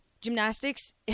gymnastics